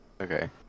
Okay